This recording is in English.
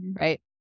right